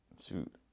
shoot